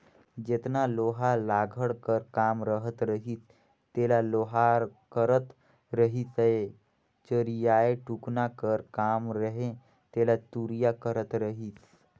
जेतना लोहा लाघड़ कर काम रहत रहिस तेला लोहार करत रहिसए चरहियाए टुकना कर काम रहें तेला तुरिया करत रहिस